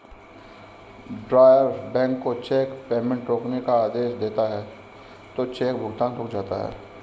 drawer bank को cheque payment रोकने का आदेश देता है तो चेक भुगतान रुक जाता है